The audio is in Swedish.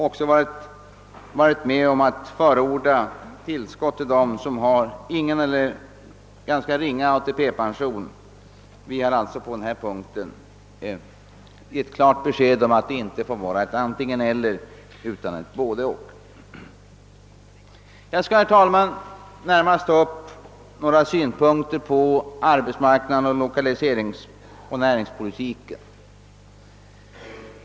Vi har också förordat extra tillskott till dem som har ingen eller ringa ATP. Vi har givit klart besked om att det inte får vara ett antingen-eller utan ett både-och. Herr talman! Efter detta skall jag ta upp några synpunkter på arbetsmarknads-, lokaliseringsoch näringspolitiken.